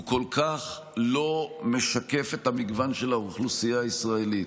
הוא כל כך לא משקף את המגוון של האוכלוסייה הישראלית,